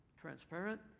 transparent